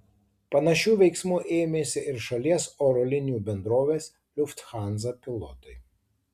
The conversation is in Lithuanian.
panašių veiksmų ėmėsi ir šalies oro linijų bendrovės lufthansa pilotai